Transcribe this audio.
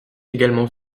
également